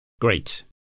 Great